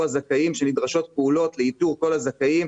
הזכאים שנדרשות פעולות לאיתור כל הזכאים.